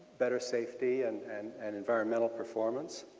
better safety and and and environmental performance.